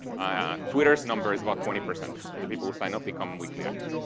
ah twitter's number is about twenty percent of the people who sign up become weekly actives.